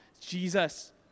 Jesus